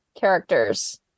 characters